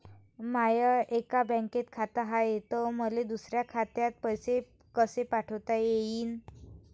माय एका बँकेत खात हाय, त मले दुसऱ्या खात्यात पैसे कसे पाठवता येईन?